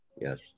Yes